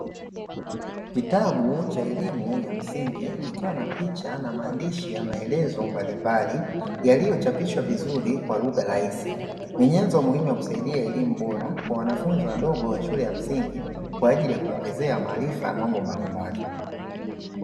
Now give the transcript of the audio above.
Kitabu cha elimu ya msingi, kikiwa na picha na maandishi yana maelezo mbalimbali, yaliyochapishwa vizuri kwa lugha rahisi ni nyenzo muhimu ya kusaidia elimu bora kwa wanafunzi wadogo wa shule ya msingi kwa ajili ya kuongezea maarifa na mambo mbalimbali.